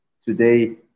today